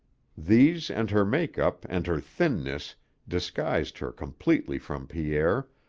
these and her make-up and her thinness disguised her completely from pierre,